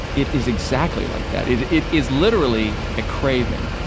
it is exactly like that. it it is literally a craving.